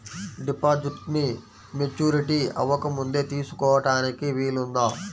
డిపాజిట్ను మెచ్యూరిటీ అవ్వకముందే తీసుకోటానికి వీలుందా?